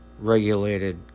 Regulated